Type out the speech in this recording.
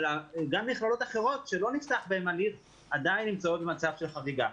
אבל גם מכללות אחרות שלא נפתח בהן הליך עדיין נמצאות במצב של חריגה.